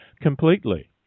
completely